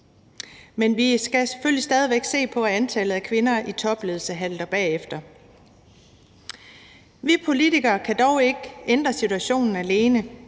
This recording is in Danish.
selvfølgelig stadig væk se på, hvorfor antallet af kvinder i topledelser halter bagefter, men vi politikere kan dog ikke ændre situationen alene,